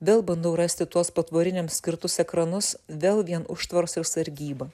vėl bandau rasti tuos patvoriniams skirtus ekranus vėl vien užtvaros ir sargyba